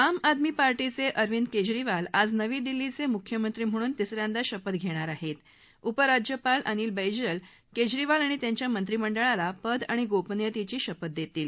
आम आदमी पार्टीच क्विरविद क्विरीवाल आज नवी दिल्लीच मुख्यमंत्री म्हणून तिसऱ्यांदा शपथ घणिर आहत्त उप राज्यपाल अनिल बैजल क्जिरीवाल आणि त्यांच्या मत्रिमंडळाला पद आणि गोपनियतर्ती शपथ दर्तील